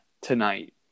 tonight